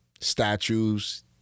statues